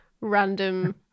random